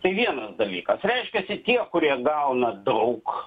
tai vienas dalykas reiškiasi tie kurie gauna daug